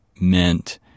meant